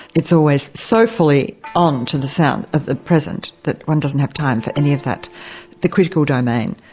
it's always so fully on to the sound of the present that one doesn't have time for any of that the critical domain.